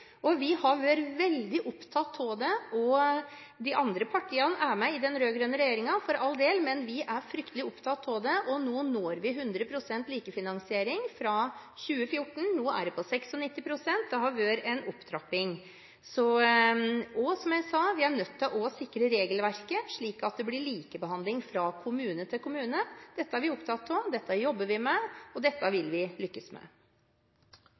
barnehager. Vi har vært veldig opptatt av det. De andre partiene i den rød-grønne regjeringen er med på det – for all del – men vi i Senterpartiet er fryktelig opptatt av det. Vi når 100 pst. likefinansiering fra 2014. Det har vært en opptrapping – nå er den på 96 pst. Som jeg sa: Vi er nødt til å sikre regelverket slik at det blir likebehandling fra kommune til kommune. Dette er vi opptatt av, dette jobber vi med, og dette vil vi lykkes med.